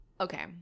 Okay